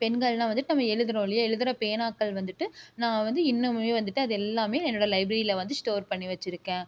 பென்கள்னா வந்து நம்ம எழுதுகிறோம் இல்லையா எழுதுகிற பேனாக்கள் வந்துகிட்டு நான் வந்து இன்னமும் வந்துகிட்டு அது எல்லாமே வந்து என்னோடய லைப்ரரியில் வந்து ஸ்டோர் பண்ணி வச்சுருக்கேன்